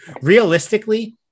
Realistically